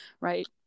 right